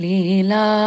Lila